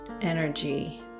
energy